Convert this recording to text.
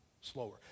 slower